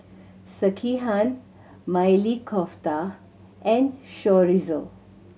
Sekihan Maili Kofta and Chorizo